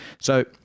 So-